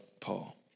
Paul